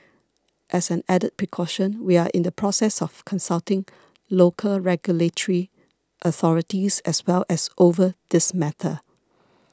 as an added precaution we are in the process of consulting local regulatory authorities as well as over this matter